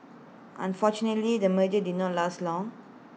unfortunately the merger did not last long